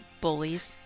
Bullies